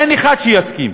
אין אחד שיסכים,